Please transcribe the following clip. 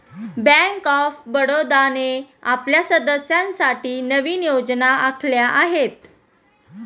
bank of बडोदाने आपल्या सदस्यांसाठी नवीन योजना आखल्या आहेत